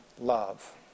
love